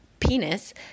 Penis